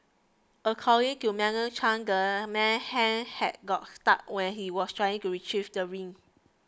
according to Madam Chang the man's hand had got stuck when he was trying to retrieve the ring